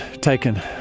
taken